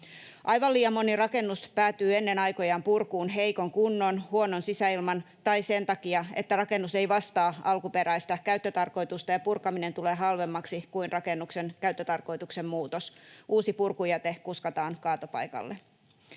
Aivan liian moni rakennus päätyy ennen aikojaan purkuun heikon kunnon, huonon sisäilman tai sen takia, että rakennus ei vastaa alkuperäistä käyttötarkoitusta ja purkaminen tulee halvemmaksi kuin rakennuksen käyttötarkoituksen muutos — uusi purkujäte kuskataan kaatopaikalle.